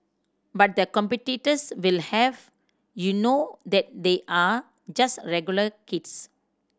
but the competitors will have you know that they are just regular kids